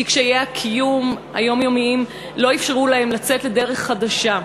כי קשיי הקיום היומיומיים לא אפשרו להן לצאת לדרך חדשה.